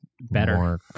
better